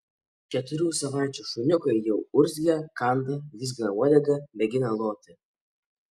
keturių savaičių šuniukai jau urzgia kanda vizgina uodegą mėgina loti